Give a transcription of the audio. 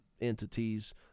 entities